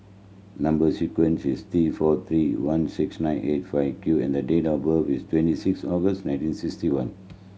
number sequence is T four three one six nine eight five Q and date of birth is twenty six August nineteen sixty one